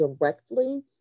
directly